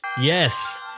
Yes